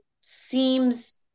seems